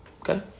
Okay